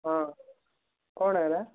ହଁ କ'ଣ ହେଲା